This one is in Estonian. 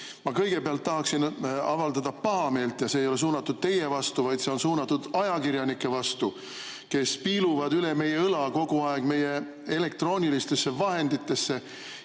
Ma kõigepealt tahaksin avaldada pahameelt. See ei ole suunatud teie vastu, vaid see on suunatud ajakirjanike vastu, kes kogu aeg piiluvad üle meie õla meie elektroonilistesse vahenditesse